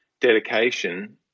dedication